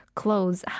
clothes